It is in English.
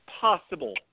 possible